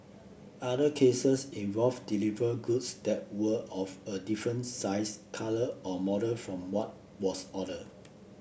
other cases involved delivered goods that were of a different size colour or model from what was ordered